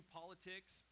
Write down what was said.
politics